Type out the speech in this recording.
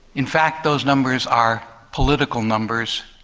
in fact those numbers are political numbers,